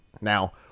now